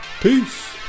peace